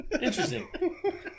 Interesting